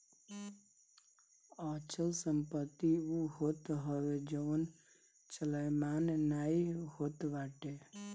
अचल संपत्ति उ होत हवे जवन चलयमान नाइ होत बाटे